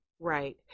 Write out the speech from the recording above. Right